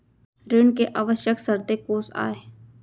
ऋण के आवश्यक शर्तें कोस आय?